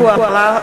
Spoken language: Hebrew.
(קוראת בשמות חברי הכנסת) טלב אבו עראר,